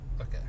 Okay